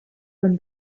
from